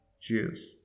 Cheers